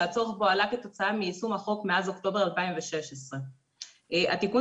שהצורך בו עלה כתוצאה מיישום החוק מאז אוקטובר 2016. התיקון